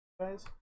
guys